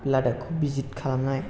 लाडाखखौ visit खालामनाय